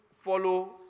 follow